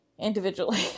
individually